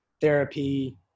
therapy